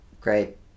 great